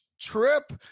trip